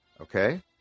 Okay